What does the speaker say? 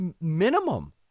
minimum